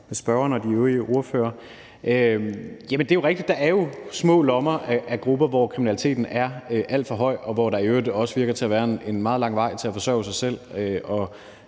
med spørgeren og de øvrige ordførere. Jamen det er jo rigtigt, er der er små lommer af grupper, hvor kriminaliteten er alt for høj, og hvor der i øvrigt også virker til at være en meget lang vej til at forsørge sig selv og